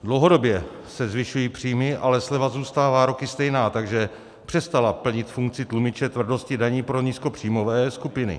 Dlouhodobě se zvyšují příjmy, ale sleva zůstává roky stejná, takže přestala plnit funkci tlumiče tvrdosti daní pro nízkopříjmové skupiny.